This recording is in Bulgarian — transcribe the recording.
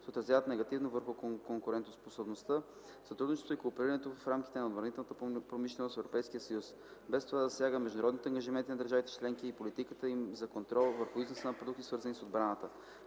се отразяват негативно върху конкурентоспособността, сътрудничеството и кооперирането в рамките на отбранителната промишленост на Европейския съюз, без това да засяга международните ангажименти на държавите членки и политиката им на контрол върху износа на продукти, свързани с отбраната.